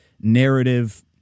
narrative